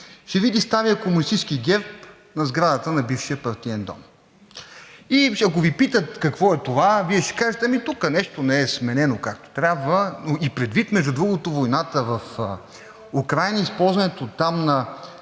ще види стария комунистически герб на сградата на бившия Партиен дом и ако Ви питат какво е това, Вие ще кажете: ами тук нещо не е сменено както трябва и предвид, между другото, войната в Украйна, използването там на